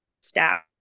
staff